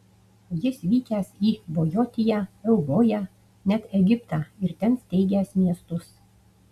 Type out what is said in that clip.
jis vykęs į bojotiją euboją net egiptą ir ten steigęs miestus